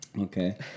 Okay